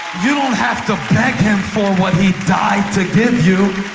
you don't have to beg him for what he died to give you.